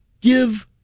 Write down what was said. Give